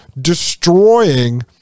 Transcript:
destroying